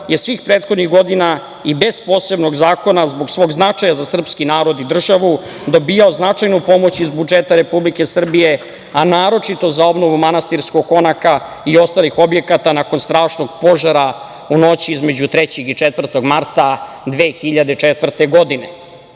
je svih prethodnih godina i bez posebnog zakona zbog svog značaj za srpski narod i državu, dobijao značajnu pomoć iz budžeta Republike Srbije, a naročito za obnovu manastirskog konaka i ostalih objekta nakon strašnog požara u noći između 3. i 4. marta 2004. godine. Da